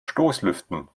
stoßlüften